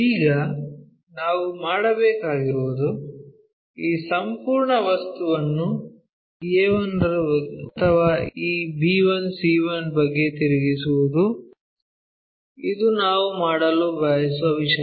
ಈಗ ನಾವು ಮಾಡಬೇಕಾಗಿರುವುದು ಈ ಸಂಪೂರ್ಣ ವಸ್ತುವನ್ನು a1 ರ ಬಗ್ಗೆ ಅಥವಾ ಈ b1 c1 ಬಗ್ಗೆ ತಿರುಗಿಸುವುದು ಇದು ನಾವು ಮಾಡಲು ಬಯಸುವ ವಿಷಯ